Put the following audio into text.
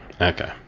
Okay